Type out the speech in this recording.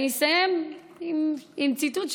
עם ציטוט,